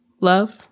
love